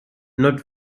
not